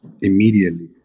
immediately